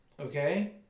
Okay